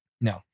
No